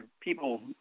people